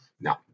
No